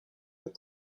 the